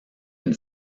une